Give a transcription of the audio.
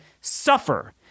suffer